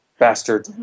Bastard